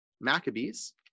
Maccabees